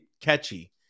catchy